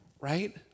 right